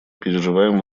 переживаем